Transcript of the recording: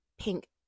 pink